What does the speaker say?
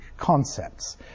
concepts